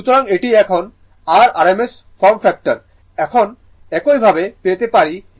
সুতরাং এখন এটি r RMS মান ফর্ম ফ্যাক্টর একই ভাবে পেতে পারি এটি 111 হবে